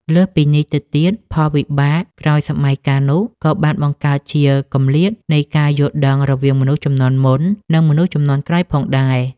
លើសពីនេះទៅទៀត ផលវិបាកក្រោយសម័យកាលនោះក៏បានបង្កើតជាគម្លាតនៃការយល់ដឹងរវាងមនុស្សជំនាន់មុន និងមនុស្សជំនាន់ក្រោយផងដែរ។